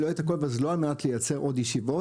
לא על מנת לייצר עוד ישיבות,